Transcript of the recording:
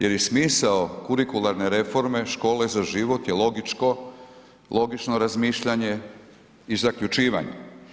Jer je smisao kurikularne reforme „Škole za život“ je logičko, logično razmišljanje i zaključivanje.